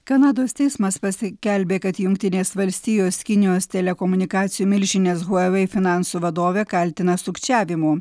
kanados teismas paskelbė kad jungtinės valstijos kinijos telekomunikacijų milžinės huawei finansų vadovę kaltina sukčiavimu